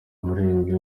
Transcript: umuririmbyi